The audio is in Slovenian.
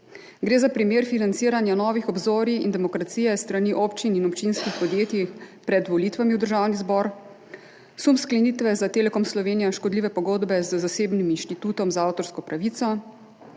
gre za primer financiranja Novih obzorij in Demokracije s strani občin in občinskih podjetij pred volitvami v Državni zbor, sum sklenitve za Telekom Slovenije škodljive pogodbe z zasebnim Inštitutom za avtorsko pravico,